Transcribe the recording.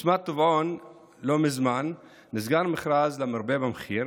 בבסמת טבעון לא מזמן נסגר מכרז למרבה במחיר